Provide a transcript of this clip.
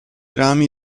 rami